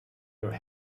your